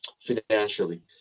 financially